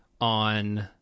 on